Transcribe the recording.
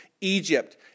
Egypt